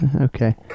okay